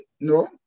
No